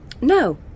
No